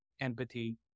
empathy